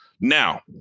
Now